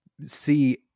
see